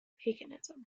paganism